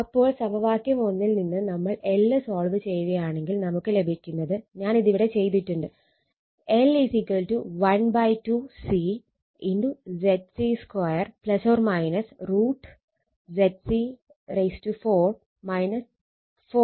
അപ്പോൾ സമവാക്യം ൽ നിന്ന് നമ്മൾ L സോൾവ് ചെയ്യുകയാണെങ്കിൽ നമുക്ക് ലഭിക്കുന്നത് ഞാൻ ഇത് ഇവിടെ ചെയ്തിട്ടുണ്ട് L 12 C ZC2 ±√ ZC4 4 RL2 XC2